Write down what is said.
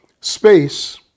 space